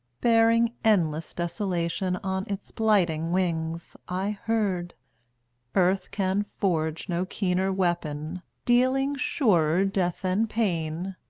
bearing endless desolation on its blighting wings, i heard earth can forge no keener weapon, dealing surer death and pain,